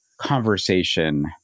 conversation